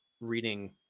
reading